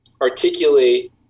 articulate